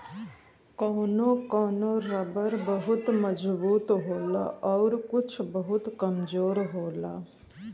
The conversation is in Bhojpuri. कौनो कौनो रबर बहुत मजबूत होला आउर कुछ बहुत कमजोर होला